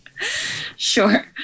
Sure